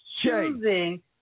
choosing